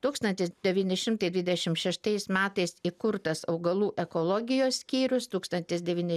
tūkstantis devyni šimtai dvidešim šeštais metais įkurtas augalų ekologijos skyrius tūkstantis devyni